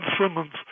Simmons